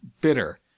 Bitter